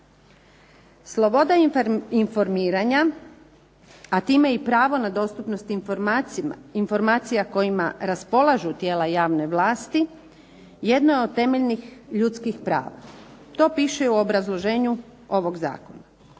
Sloboda informiranja a time i pravo na dostupnost informacija kojima raspolažu tijela javne vlasti jedno je od temeljnih ljudskih prava, to piše i u obrazloženju ovog Zakona.